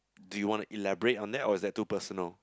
do you want to elaborate on that or is that too personal